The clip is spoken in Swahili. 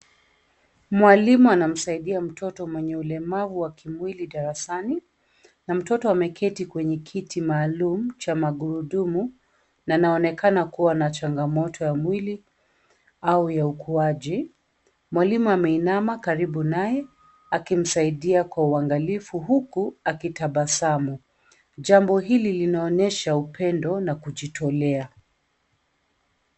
Mwalimu anamsaidia mtoto mwenye ulemavu wa kimwili darasani na mtoto ameketi kwenye kiti maalum cha magurudumu na anaonekana kuwa na changamoto ya mwili au ya ukuaji. Mwalimu ameinama karibu naye akimsaidia kwa uangalifu huku akitabasamu, jambo hili linaonyesha upendo na kujitolea.